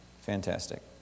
Fantastic